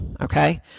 Okay